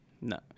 no